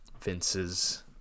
Vince's